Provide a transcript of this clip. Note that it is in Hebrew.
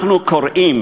אנחנו קוראים